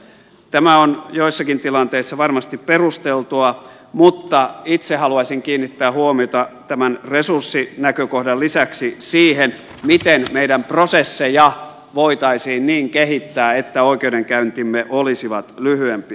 tämä on joissakin tilanteissa varmasti perusteltua mutta itse haluaisin kiinnittää huomiota tämän resurssinäkökohdan lisäksi siihen miten meidän prosessejamme voitaisiin niin kehittää että oikeudenkäyntimme olisivat lyhyempiä